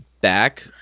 back